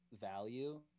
value